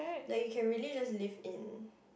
like he can really just live in